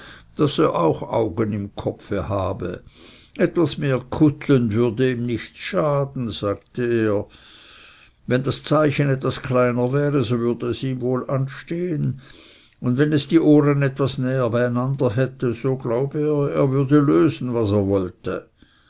daß er auch augen im kopfe habe etwas mehr kuttlen würden ihm nichts schaden sagte er wenn das zeichen etwas kleiner wäre so würde es ihm wohl anstehen und wenn es die ohren etwas näher beieinander hätte so glaube er er würde lösen was er wollte